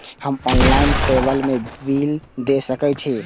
हम ऑनलाईनटेबल बील दे सके छी?